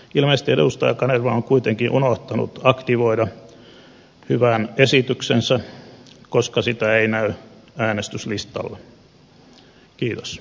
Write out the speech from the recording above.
ilmeisesti edustaja kanerva on kuitenkin unohtanut aktivoida hyvän esityksensä koska sitä ei näy äänestyslistalla